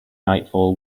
nightfall